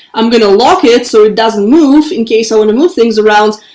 i'm going to lock it so it doesn't move in case i want to move things around.